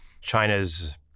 China's